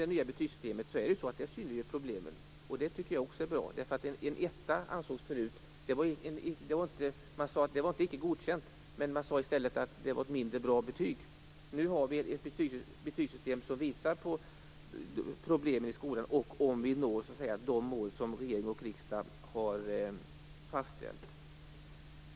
Det nya betygsystemet synliggör problemen, och det tycker jag är bra. Förut sade man inte om en etta att det var icke godkänt, utan man sade i stället att det var ett mindre bra betyg. Nu har vi ett betygsystem som visar problemen i skolan och om vi når de mål som regering och riksdag har fastställt.